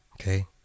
Okay